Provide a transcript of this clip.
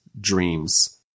dreams